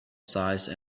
size